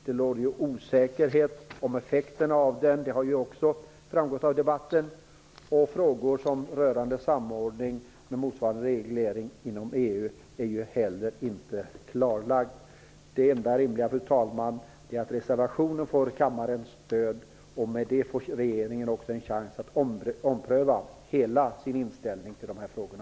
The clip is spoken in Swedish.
Det råder osäkerhet om dess effekter, vilket också framgått av debatten, och frågor rörande samordning med motsvarande reglering inom EU är heller inte klarlagda. Det enda rimliga, fru talman, är att reservationen får kammarens stöd, och därmed får regeringen också en chans att ompröva hela sin inställning i de här frågorna.